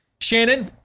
Shannon